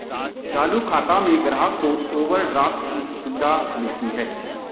चालू खाता में ग्राहक को ओवरड्राफ्ट की सुविधा मिलती है